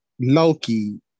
Loki